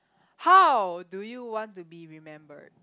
how do you want to be remembered